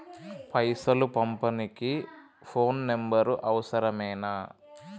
పైసలు పంపనీకి phone number అవసరమేనా?